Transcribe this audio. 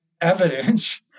evidence